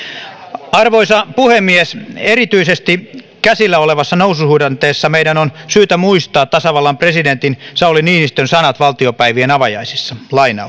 arvoisa puhemies erityisesti käsillä olevassa noususuhdanteessa meidän on syytä muistaa tasavallan presidentin sauli niinistön sanat valtiopäivien avajaisissa